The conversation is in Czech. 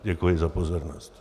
Děkuji za pozornost.